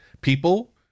people